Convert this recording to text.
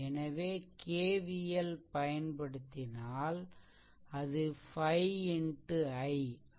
எனவே KVL பயன்படுத்தினால் அது 5 x i